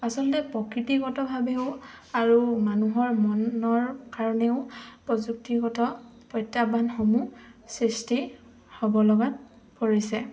আচলতে প্ৰকৃতিগতভাৱেও আৰু মানুহৰ মনৰ কাৰণেও প্ৰযুক্তিগত প্ৰত্যাহ্বানসমূহ সৃষ্টি হ'ব লগাত পৰিছে